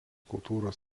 kultūros